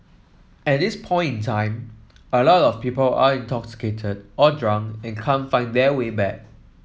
at this point time a lot of people are intoxicated or drunk and can't find their way back